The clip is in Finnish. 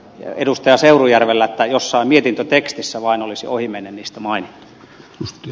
seurujärvellä tai jossain mietintötekstissä vain olisi ohimennen niistä mainittu